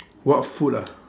what food ah